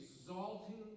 exalting